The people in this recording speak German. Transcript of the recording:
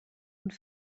und